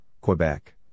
Quebec